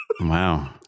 Wow